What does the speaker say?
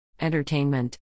Entertainment